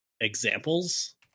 examples